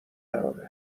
قراره